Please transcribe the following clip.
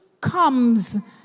comes